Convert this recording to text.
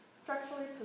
structurally